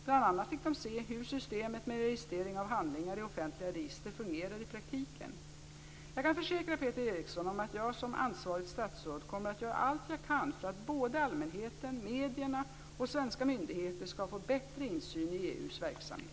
Bl.a. fick de se hur systemet med registrering av handlingar i offentliga register fungerar i praktiken. Jag kan försäkra Peter Eriksson om att jag som ansvarigt statsråd kommer att göra allt jag kan för att såväl allmänheten som medierna och svenska myndigheter skall få bättre insyn i EU:s verksamhet.